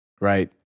Right